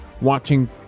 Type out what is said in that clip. watching